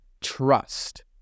trust